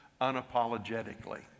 unapologetically